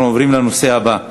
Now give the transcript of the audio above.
אנחנו עוברים לנושא הבא: